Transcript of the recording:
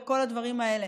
וכל הדברים האלה,